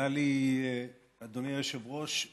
שאלה לי, אדוני היושב-ראש.